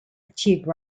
achieve